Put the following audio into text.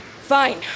Fine